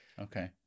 okay